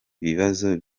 ibibazo